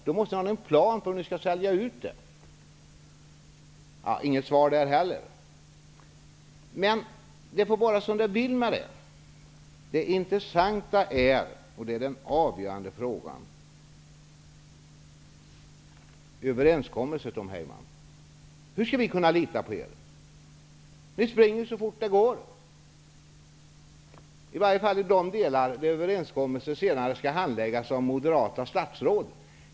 Ni måste ha en plan för hur ni skall sälja ut dem. Inget svar där heller. Det får vara som det vill med den saken, men det intressanta är -- det är den avgörande frågan -- överenskommelsen. Hur skall vi kunna lita på er? Ni springer ju så fort det går, i varje fall när det gäller de delar där överenskommelsen sedan skall handläggas av moderata statsråd.